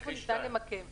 היכן ניתן למקם שדה.